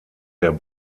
der